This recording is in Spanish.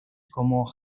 como